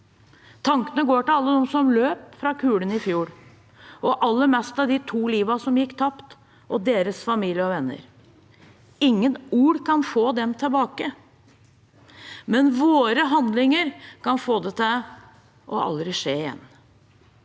Tankene går til alle dem som løp fra kulene i fjor, og aller mest til de to livene som gikk tapt, og deres familie og venner. Ingen ord kan få dem tilbake, men våre handlinger kan få det til aldri å skje igjen.